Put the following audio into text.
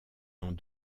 dans